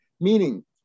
meaning